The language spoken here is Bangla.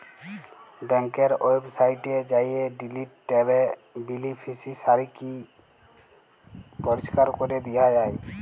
ব্যাংকের ওয়েবসাইটে যাঁয়ে ডিলিট ট্যাবে বেলিফিসিয়ারিকে পরিষ্কার ক্যরে দিয়া যায়